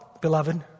beloved